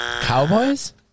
Cowboys